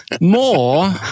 More